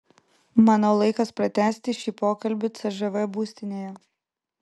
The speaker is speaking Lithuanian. manau laikas pratęsti šį pokalbį cžv būstinėje